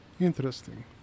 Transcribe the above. Interesting